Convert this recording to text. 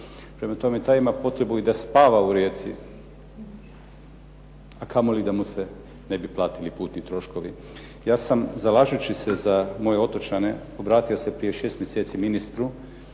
Prema tome, taj ima potrebu i da spava u Rijeci, a kamoli da mu se ne bi platili putni troškovi. Ja sam zalažući se za moje otočane obratio se prije šest mjeseci ministru